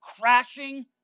crashing